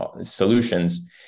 solutions